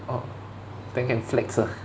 orh then can flex ah